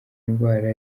ndwara